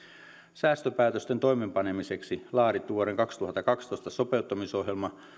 säästöpäätösten toimeenpanemiseksi laadittu vuoden kaksituhattakaksitoista sopeuttamisohjelma